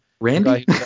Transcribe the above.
randy